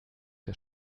der